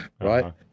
Right